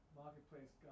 marketplace